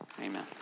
Amen